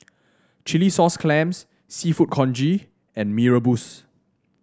Chilli Sauce Clams seafood congee and Mee Rebus